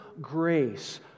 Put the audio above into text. grace